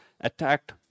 attacked